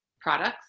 products